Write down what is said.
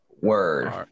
Word